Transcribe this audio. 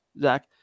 Zach